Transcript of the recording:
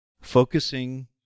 focusing